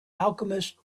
alchemist